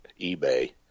ebay